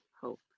hope